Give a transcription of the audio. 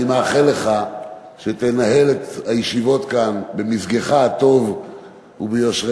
אני מאחל לך שתנהל את הישיבות כאן במזגך הטוב וביושרך,